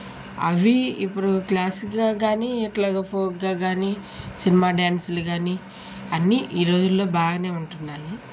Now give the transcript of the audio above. అవి ఇప్పుడు క్లాసిక్గా కానీ ఇట్లాగా ఫోక్గా కానీ సినిమా డ్యాన్సులు కానీ అన్నీ ఈ రోజులలో బాగా ఉంటున్నాయి